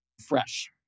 fresh